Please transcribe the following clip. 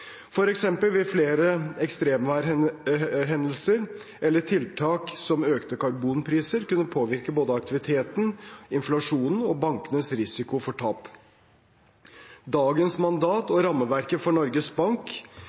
vil flere ekstremværhendelser eller tiltak som økte karbonpriser kunne påvirke både aktiviteten, inflasjonen og bankenes risiko for tap. Dagens mandat og rammeverket for Norges Bank